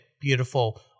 beautiful